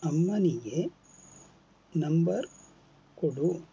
ಅಮ್ಮನಿಗೆ ನಂಬರ್ ಕೊಡು